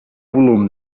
volum